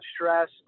stress